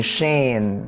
Shane